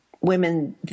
women